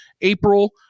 April